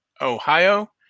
Ohio